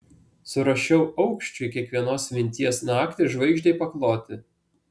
surašiau aukščiui kiekvienos minties naktį žvaigždei pakloti